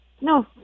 No